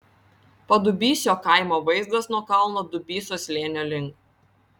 padubysio kaimo vaizdas nuo kalno dubysos slėnio link